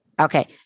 Okay